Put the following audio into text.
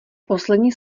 poslední